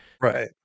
right